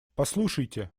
послушайте